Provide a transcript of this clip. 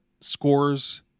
scores